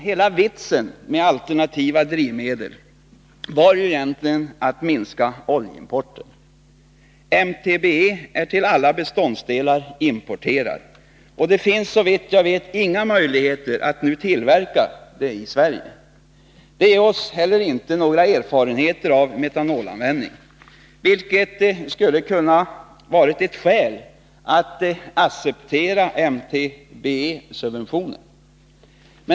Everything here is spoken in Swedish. Hela vitsen med alternativa drivmedel var egentligen att minska oljeimporten. MTBE är till alla beståndsdelar importerat, och det finns såvitt jag vet inga möjligheter att nu tillverka det i Sverige. Det ger oss inte heller några erfarenheter av metanolanvändning — vilket skulle ha kunnat vara ett skäl att acceptera MTBE-subventionen.